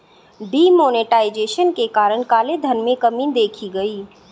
D monetization के कारण काले धन में कमी देखी गई